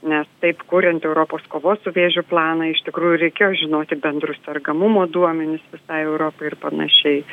nes taip kuriant europos kovos su vėžiu planą iš tikrųjų reikėjo žinoti bendrus sergamumo duomenis visai europai ir panašiai